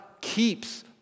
keeps